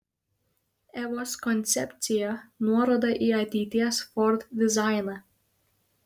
evos koncepcija nuoroda į ateities ford dizainą